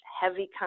heavy